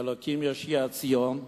כי אלוקים יושיע ציון,